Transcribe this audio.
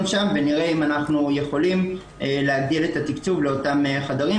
שם ונראה אם אנחנו יכולים להגדיל את התקצוב לאותם חדרים,